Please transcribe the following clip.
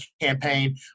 campaign